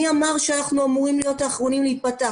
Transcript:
מי אמר שאנחנו אמורים להיות האחרונים להיפתח,